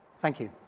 thank you.